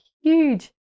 huge